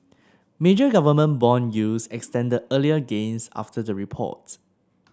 major government bond yields extended earlier gains after the report